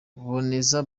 boneza